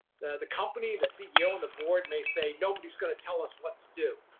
the the company, the ceo, and the board may say, nobody is going to tell us what to do.